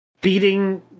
beating